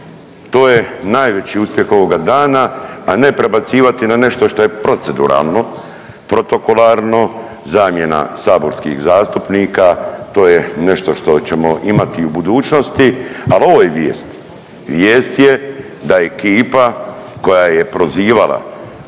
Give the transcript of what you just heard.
To je najveći uspjeh ovoga dana, a ne prebacivati na nešto šta je proceduralno, protokolarno, zamjena saborskih zastupnika to je nešto što ćemo imati i u budućnosti. Ali ovo je vijest. Vijest je da ekipa koja je prozivala